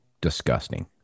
disgusting